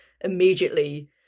immediately